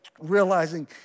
realizing